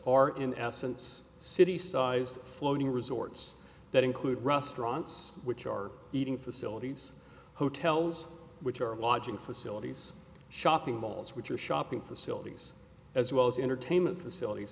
are in essence city sized floating resorts that include restaurants which are eating facilities hotels which are lodging facilities shopping malls which are shopping facilities as well as entertainment facilities